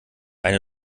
eine